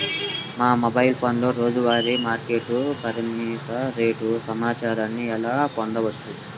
మా మొబైల్ ఫోన్లలో రోజువారీ మార్కెట్లో మిరప రేటు సమాచారాన్ని ఎలా పొందవచ్చు?